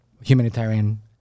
humanitarian